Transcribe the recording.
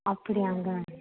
அப்படியாங்க